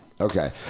Okay